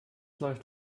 läuft